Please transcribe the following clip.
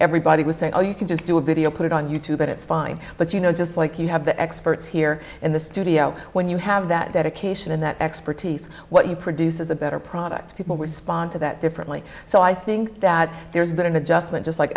everybody was saying oh you can just do a video put it on you tube and it's fine but you know just like you have the experts here in the studio when you have that dedication and that expertise what you produce is a better product people respond to that differently so i think that there's been an adjustment just like